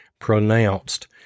pronounced